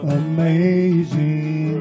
amazing